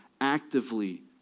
actively